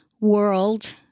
world